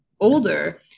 older